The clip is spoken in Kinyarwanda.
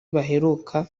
baheruka